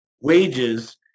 wages